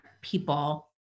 people